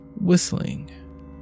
whistling